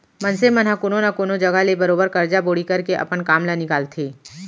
मनसे मन ह कोनो न कोनो जघा ले बरोबर करजा बोड़ी करके अपन काम ल निकालथे